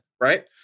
right